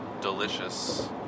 delicious